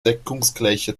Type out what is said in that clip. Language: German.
deckungsgleiche